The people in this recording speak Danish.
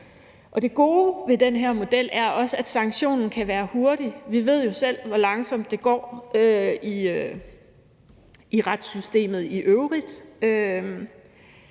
Det gode ved den her model er også, at sanktionen kan være hurtig. Vi ved jo selv, hvor langsomt det går i retssystemet i øvrigt.